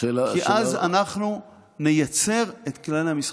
כי אז אנחנו נייצר את כללי המשחק.